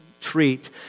treat